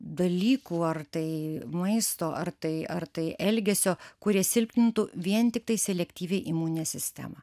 dalykų ar tai maisto ar tai ar tai elgesio kurie silpnintų vien tiktai selektyviai imuninę sistemą